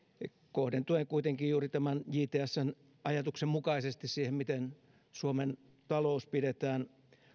kohdentuen kuitenkin juuri tämän jtsn ajatuksen mukaisesti siihen miten suomen talous pidetään